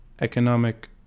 economic